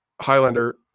Highlander